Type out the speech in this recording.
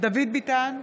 דוד ביטן,